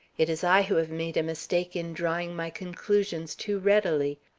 it is i who have made a mistake in drawing my conclusions too readily.